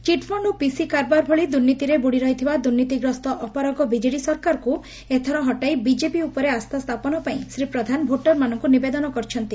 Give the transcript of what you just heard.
chit fund ଓ ପିସି କାରବାର ଭଳି ଦୁର୍ନୀତିରେ ବୁଡ଼ିରହିଥିବା ଦୁର୍ନୀତିଗ୍ରସ୍ତ ଅପାରଗ ବିଜେଡି ସରକାରକୁ ଏଥର ହଟାଇ ବିଜେପି ଉପରେ ଆସ୍ରା ସ୍ଥାପନ ପାଇଁ ଶ୍ରୀ ପ୍ରଧାନ ଭୋଟର୍ଙ୍କୁ ନିବେଦନ କରିଛନ୍ତି